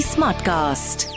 Smartcast